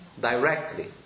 directly